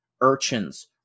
urchins